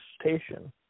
station